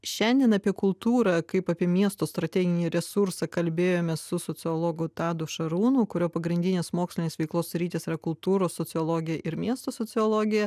šiandien apie kultūrą kaip apie miesto strateginį resursą kalbėjomės su sociologu tadu šarūnu kurio pagrindinės mokslinės veiklos sritys yra kultūros sociologija ir miesto sociologija